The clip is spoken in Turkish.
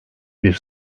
bir